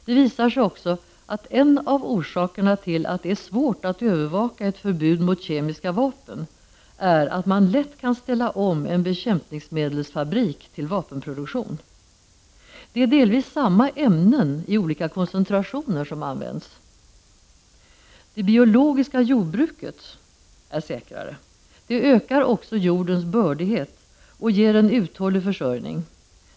Det visar sig också att en av orsakerna till att det är svårt att övervaka ett förbud mot kemiska vapen är att man lätt kan ställa om en bekämpningsmedelsfabrik till vapenproduktion. Det är delvis samma ämnen i olika koncentrationer som används! Det biologiska jordbruket är säkrare. Det ökar också jordens bördighet och ger en uthållig försörjning.